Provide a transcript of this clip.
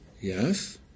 Yes